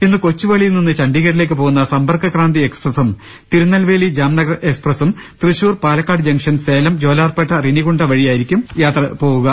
ഇന്ന് കൊച്ചുവേളിയിൽ നിന്ന് ചണ്ഡീഗ ഡിലേക്ക് പോകുന്ന സമ്പർക്കക്രാന്തി എക്സ്പ്രസ്സും തിരുനൽവേലി ജാംനഗർ എക്സ്പ്രസ്സും തൃശൂർ പാലക്കാട് ജംഗ്ഷൻ സേലം ജോലാർപേട്ട റനിഗുണ്ട വഴി തിരിച്ചുവിട്ടു